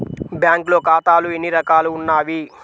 బ్యాంక్లో ఖాతాలు ఎన్ని రకాలు ఉన్నావి?